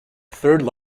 third